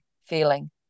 feeling